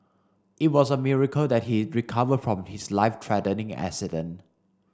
it was a miracle that he recovered from his life threatening accident